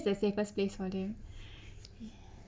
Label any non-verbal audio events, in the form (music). the safest place for them ya (breath)